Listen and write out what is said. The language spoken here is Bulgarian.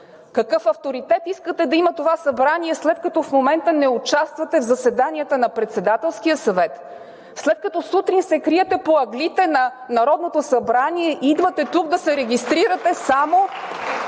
Какъв авторитет искате да има това Събрание, след като в момента не участвате в заседанията на Председателския съвет, след като сутрин се криете по ъглите на Народното събрание (ръкопляскания от ГЕРБ и ОП) и идвате тук да се регистрирате само